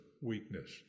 weakness